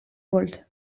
wollte